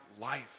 life